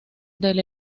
del